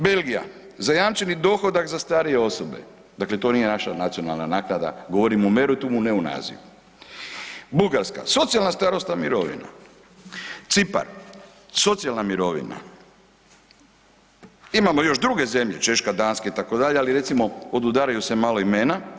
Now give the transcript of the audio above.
Belgija, zajamčeni dohodak za starije osobe, dakle to nije naša nacionalna naknada, govorim o meritumu, ne o nazivu, Bugarska, socijalna starosna mirovina, Cipar, socijalna mirovina, imamo još druge zemlje, Češka, Danska, itd., ali recimo, podudaraju se malo imena.